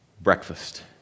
Breakfast